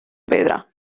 pedra